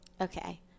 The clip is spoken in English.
Okay